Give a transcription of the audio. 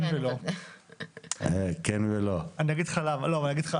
אני אגיד לך לא.